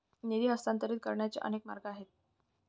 निधी हस्तांतरित करण्याचे अनेक मार्ग आहेत